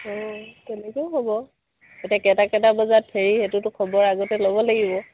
অঁ তেনেকৈও হ'ব এতিয়া কেইটা কেইটা বজাত ফেৰি সেইটোতো খবৰ আগতে ল'ব লাগিব